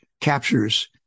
captures